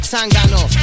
Sangano